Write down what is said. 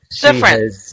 different